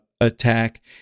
attack